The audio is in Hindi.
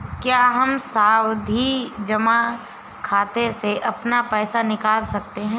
क्या हम सावधि जमा खाते से अपना पैसा निकाल सकते हैं?